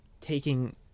Taking